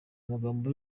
magambo